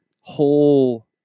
whole